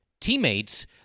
teammates